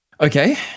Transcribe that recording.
Okay